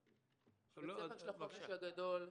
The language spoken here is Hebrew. בבית ספר של החופש הגדול.